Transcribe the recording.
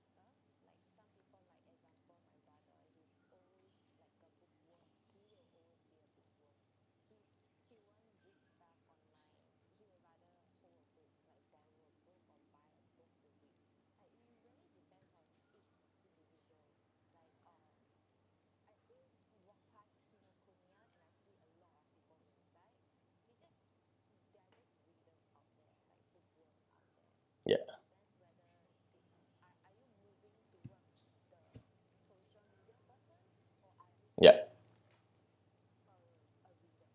ya yup